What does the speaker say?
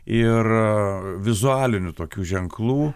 ir ee vizualinių tokių ženklų